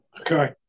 Okay